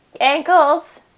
ankles